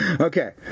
Okay